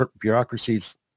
bureaucracies